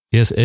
Yes